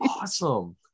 awesome